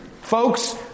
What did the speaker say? Folks